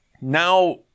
now